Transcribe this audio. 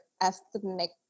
ethnic